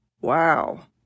Wow